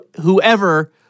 whoever